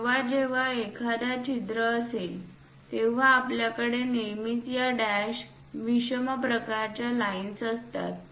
जेव्हा जेव्हा एखादा छिद्र असेल तेव्हा आपल्याकडे नेहमीच या डॅश विषम प्रकाराच्या लाईन्स असतात